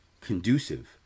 conducive